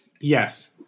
Yes